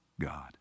God